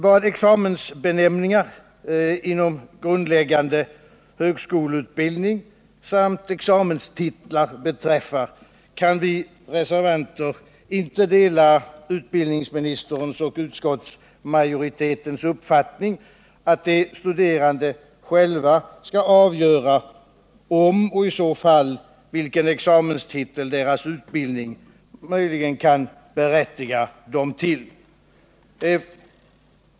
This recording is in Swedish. Vad examensbenämningar inom grundläggande högskoleutbildning samt examenstitlar beträffar kan vi reservanter inte dela utbildningsministerns och utskottsmajoritetens uppfattningar att de studerande själva skall avgöra om deras utbildning kan berättiga dem till en examenstitel och i så fall vilken.